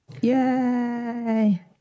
Yay